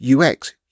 UX